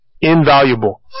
invaluable